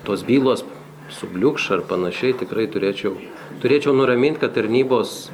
tos bylos subliūkš ar panašiai tikrai turėčiau turėčiau nuramint kad tarnybos